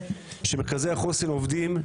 שמרכזי החוסן עובדים,